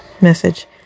Message